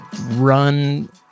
run